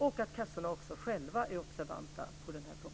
Kassorna ska också själva vara observanta på den punkten.